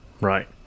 Right